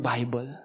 Bible